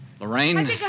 Lorraine